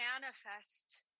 manifest